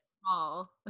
small